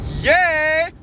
Yay